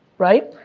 right?